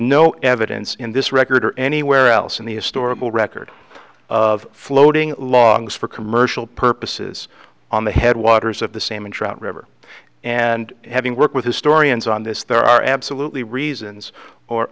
no evidence in this record or anywhere else in the historical record of floating logs for commercial purposes on the headwaters of the same interest river and having worked with historians on this there are absolutely reasons or